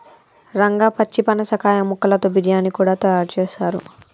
రంగా పచ్చి పనసకాయ ముక్కలతో బిర్యానీ కూడా తయారు చేస్తారు